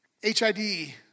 HID